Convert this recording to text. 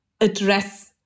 address